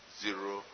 zero